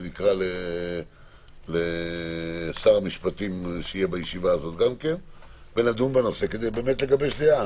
נזמין את שר המשפטים לישיבה הזו גם כן ונדון בנושא כדי לגבש דעה.